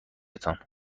تان